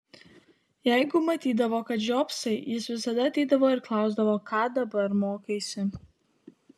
jeigu matydavo kad žiopsai jis visada ateidavo ir klausdavo ką dabar mokaisi